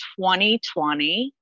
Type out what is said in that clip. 2020